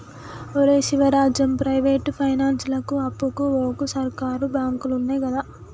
ఒరే శివరాజం, ప్రైవేటు పైనాన్సులకు అప్పుకు వోకు, సర్కారు బాంకులున్నయ్ గదా